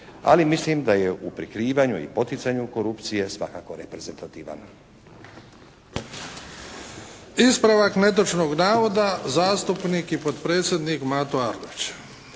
ali mislim da je u prikrivanju i poticanju korupcije svakako reprezentativan. **Bebić, Luka (HDZ)** Ispravak netočnog navoda, zastupnik i potpredsjednik Mato Arlović.